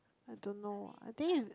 I don't know I think is